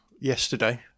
yesterday